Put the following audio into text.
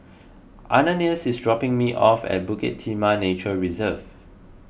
Ananias is dropping me off at Bukit Timah Nature Reserve